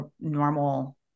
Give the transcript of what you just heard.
normal